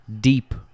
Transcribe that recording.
deep